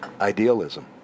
idealism